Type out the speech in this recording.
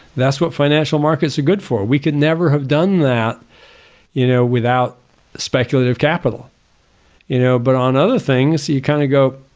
that's what financial markets are good for. we could never have done that you know without speculative capital you know but on other things you kind of go